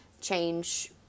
change